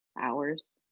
hours